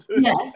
yes